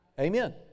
Amen